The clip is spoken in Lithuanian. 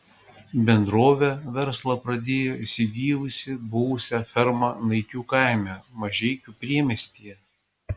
bendrovė verslą pradėjo įsigijusi buvusią fermą naikių kaime mažeikių priemiestyje